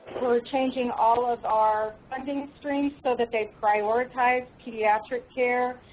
we're changing all of our funding streams so that they prioritize pediatric care.